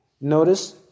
Notice